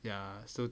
ya so